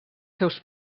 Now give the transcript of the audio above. seus